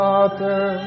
Father